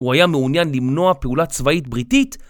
הוא היה מעוניין למנוע פעולה צבאית בריטית